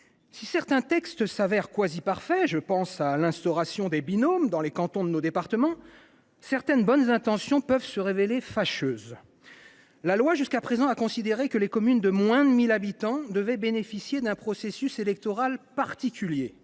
Si certains textes s’avèrent quasi parfaits – je pense à l’instauration des binômes dans les cantons de nos départements –, certaines bonnes intentions peuvent se révéler fâcheuses. La loi, jusqu’à présent, a considéré que les communes de moins de 1 000 habitants devaient bénéficier d’un processus électoral particulier.